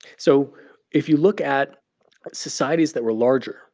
so if you look at societies that were larger,